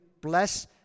bless